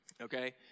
okay